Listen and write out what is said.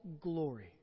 glory